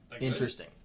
interesting